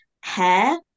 Hair